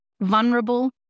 vulnerable